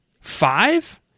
Five